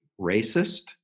racist